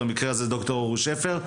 במקרה הזה ד"ר אורי שפר.